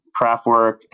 Craftwork